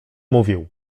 mówił